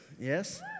Yes